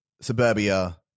suburbia